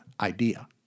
idea